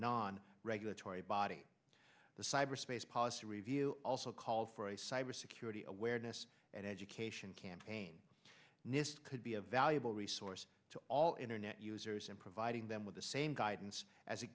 non regulatory body the cyberspace policy review also called for a cybersecurity awareness and education campaign nist could be a valuable resource to all internet users and providing them with the same guidance as it